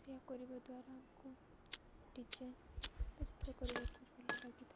ସେଆ କରିବା ଦ୍ୱାରା ଆମକୁ ଡିଜାଇନ୍ ବା ଚିତ୍ର କରିବାକୁ ଭଲ ଲାଗିଥାଏ